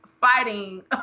fighting